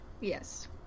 Yes